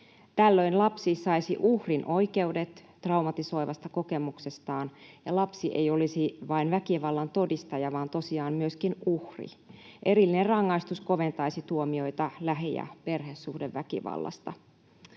Tällöin lapsi saisi uhrin oikeudet traumatisoivasta kokemuksestaan ja lapsi ei olisi vain väkivallan todistaja vaan tosiaan myöskin uhri. Erillinen rangaistus koventaisi tuomioita lähi- ja perhesuhdeväkivallasta.